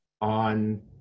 on